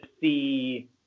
see